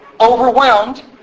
overwhelmed